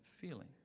feeling